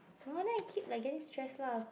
no wonder I keep like getting stress lah cause